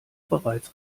bereits